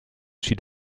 sud